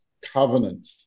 covenant